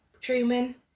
Truman